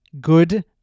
good